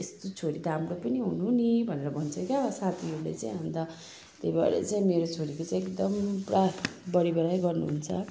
यस्तो छेरी त हाम्रो पनि हुनु नि भनेर भन्छ क्या हो साथीहरूले चाहिँ अनि त त्यही भएर चाहिँ मेरो छोरीको चाहिँ एकदमै पुरा बढिबढाइ गर्नुहुन्छ